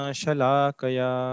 Shalakaya